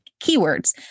keywords